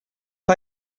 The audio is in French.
pas